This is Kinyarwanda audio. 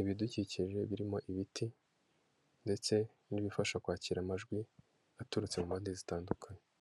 ibidukikije birimo ibiti ndetse n'ibifasha kwakira amajwi aturutse mu mpande zitandukanye.